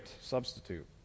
substitute